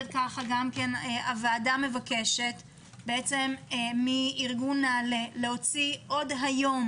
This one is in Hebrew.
הוועדה מבקשת מארגון נעלה להוציא עוד היום